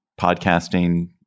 podcasting